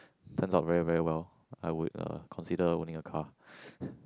turns out very very well I would uh consider owning a car